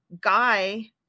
guy